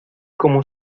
como